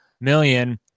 million